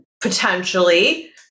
potentially